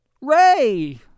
Ray